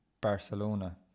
Barcelona